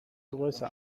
größe